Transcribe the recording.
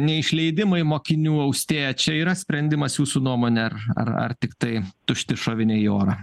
neišleidimai mokinių austėja čia yra sprendimas jūsų nuomone ar ar tiktai tušti šoviniai į orą